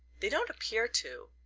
they don't appear to.